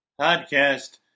Podcast